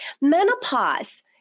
Menopause